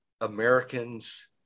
Americans